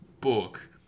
book